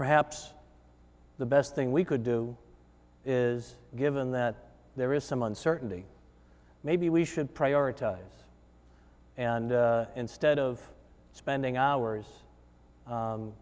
perhaps the best thing we could do is given that there is some uncertainty maybe we should prioritize and instead of spending hours